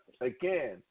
again